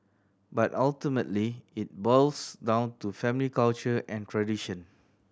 but ultimately it boils down to family culture and tradition